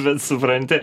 bet supranti